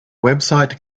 website